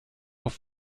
auf